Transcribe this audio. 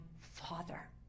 Father